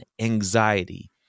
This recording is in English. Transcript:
anxiety